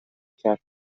کرد